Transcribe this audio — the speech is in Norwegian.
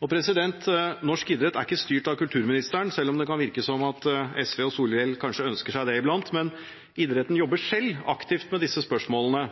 Norsk idrett er ikke styrt av kulturministeren, selv om det kan virke som at SV og Solhjell kanskje ønsker seg det iblant, men idretten jobber selv aktivt med disse spørsmålene.